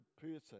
person